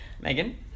megan